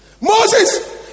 Moses